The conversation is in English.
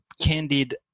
candid